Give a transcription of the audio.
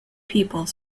people